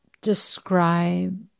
describe